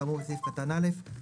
כאמור בסעיף קטן (א),